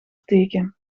teken